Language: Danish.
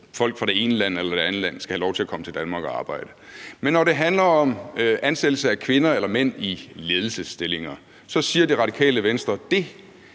folk fra det ene eller det andet land skal have lov til at komme til Danmark og arbejde. Men når det handler om ansættelse af kvinder eller mænd i lederstillinger, siger Radikale Venstre,